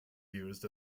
used